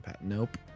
nope